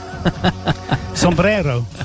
Sombrero